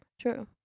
True